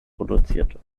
produzierte